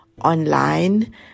online